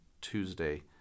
Tuesday